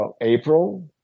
April